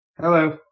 hello